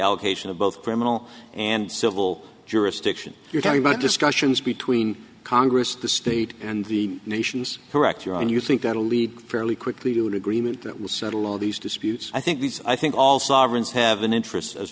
allocation of both criminal and civil jurisdictions you're talking about discussions between congress the state and the nation's correct your own you think that will lead fairly quickly to an agreement that will settle all these disputes i think these i think all sovereigns have an interest as